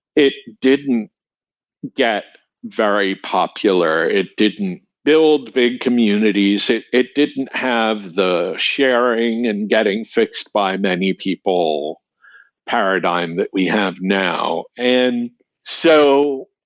it didn't get very popular. it didn't build big communities. it it didn't have the sharing and getting fixed by many people paradigm that we have now. and so,